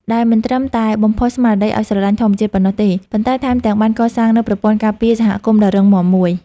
ដែលមិនត្រឹមតែបំផុសស្មារតីឱ្យស្រឡាញ់ធម្មជាតិប៉ុណ្ណោះទេ ប៉ុន្តែថែមទាំងបានកសាងនូវប្រព័ន្ធការពារសហគមន៍ដ៏រឹងមាំមួយ។